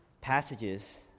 passages